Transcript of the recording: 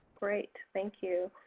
great, thank you.